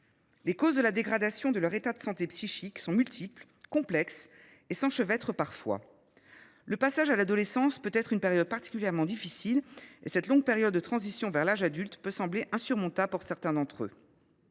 Les causes de la dégradation de leur état de santé psychique sont multiples et complexes et s’enchevêtrent parfois. Le passage à l’adolescence peut être une période particulièrement difficile et cette longue transition vers l’âge adulte peut sembler insurmontable pour certains jeunes.